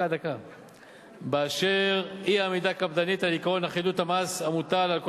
שכן אי-עמידה קפדנית על עקרון אחידות המס המוטל על כל